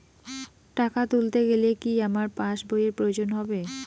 টাকা তুলতে গেলে কি আমার পাশ বইয়ের প্রয়োজন হবে?